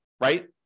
right